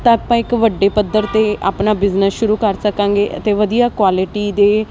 ਤਾਂ ਆਪਾਂ ਇੱਕ ਵੱਡੇ ਪੱਧਰ 'ਤੇ ਆਪਣਾ ਬਿਜ਼ਨਸ ਸ਼ੁਰੂ ਕਰ ਸਕਾਂਗੇ ਅਤੇ ਵਧੀਆ ਕੁਆਲਿਟੀ ਦੇ